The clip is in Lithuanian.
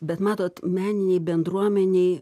bet matot meninei bendruomenei